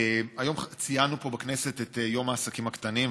היום ציינו פה בכנסת את יום העסקים הקטנים.